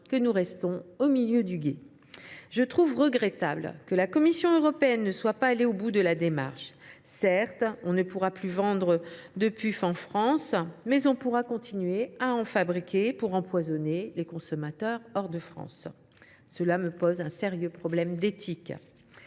que nous restons au milieu du gué. Je trouve regrettable que la Commission européenne ne soit pas allée au bout de la démarche. Certes, on ne pourra plus vendre de puffs en France, mais on pourra continuer à en fabriquer pour empoisonner les consommateurs en dehors de notre pays. Cela me pose un sérieux problème d’éthique